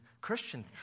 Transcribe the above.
Christian